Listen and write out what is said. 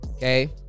okay